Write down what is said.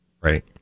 Right